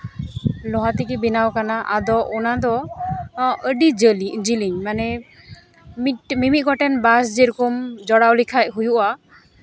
ᱞᱳᱦᱟ ᱛᱮᱜᱮ ᱵᱮᱱᱟᱣ ᱠᱟᱱᱟ ᱟᱫᱚ ᱚᱱᱟᱫᱚ ᱟᱹᱰᱤ ᱡᱤᱞᱤᱧ ᱢᱟᱱᱮ ᱢᱤᱢᱤᱫ ᱜᱚᱴᱮᱱ ᱵᱟᱥ ᱡᱮᱨᱚᱠᱚᱢ ᱡᱚᱲᱟᱣ ᱞᱮᱠᱷᱟᱱ ᱦᱩᱭᱩᱜᱼᱟ